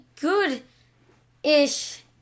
good-ish